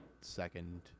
second